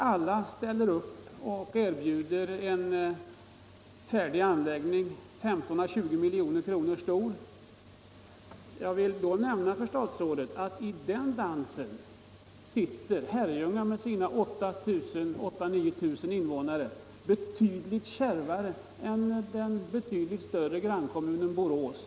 Alla ställer upp och erbjuder en färdig anläggning på 15-20 milj.kr. I den dansen sitter Herrljunga med sina 8 000 å 9 000 invånare betydligt kärvare än t.ex. den mycket större grannkommunen Borås.